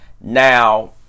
Now